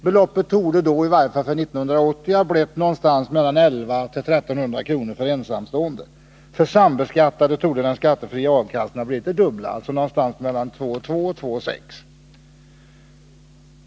Beloppet torde då, i varje fall för 1980, ha blivit 1 100-1 300 kr. för ensamstående. För sambeskattade torde den skattefria avkastningen ha blivit ungefär den dubbla, dvs. 2 200 — 2 600 kr.